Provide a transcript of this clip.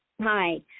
Hi